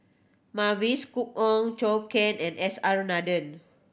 Mavis Khoo Oei Zhou Can and S R Nathan